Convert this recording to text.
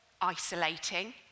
isolating